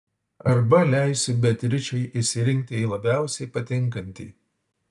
arba leisiu beatričei išsirinkti jai labiausiai patinkantį